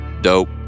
dope